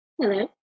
Hello